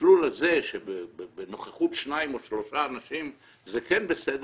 המסלול הזה שבנוכחות שניים או שלושה אנשים זה כן בסדר,